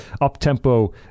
up-tempo